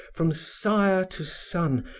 from sire to son,